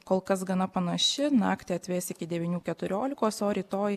kol kas gana panaši naktį atvės iki devynių keturiolikos o rytoj